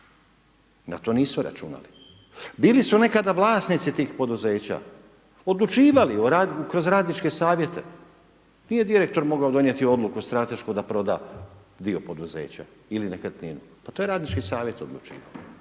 na to nisu računali. Bili su nekada vlasnici tih poduzeća. Odlučivali kroz radničke savjete. Nije direktor mogao donijeli odluku stratešku da proda dio poduzeća, ili nekretninu. Pa to je radnički savjet odlučivao.